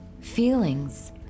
feelings